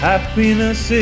Happiness